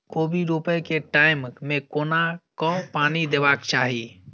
कोबी रोपय केँ टायम मे कोना कऽ पानि देबाक चही?